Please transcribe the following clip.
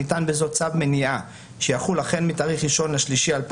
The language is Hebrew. ניתן בזאת צו מניעה שיחול החל מתאריך 1.3.2019